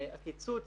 שהקיצוץ